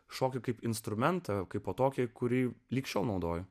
šoka kaip instrumentą kaipo tokį kurį lig šiol naudoju